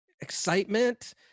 excitement